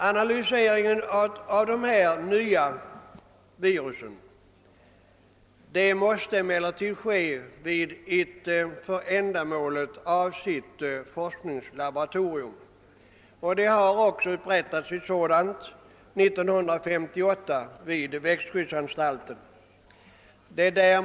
Analyser av dessa nya virus måste utföras vid ett för ändamålet avsett forskningslaboratorium, och år 1958 upprättades ett sådant vid växtskyddsanstalten.